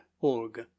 org